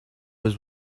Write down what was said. was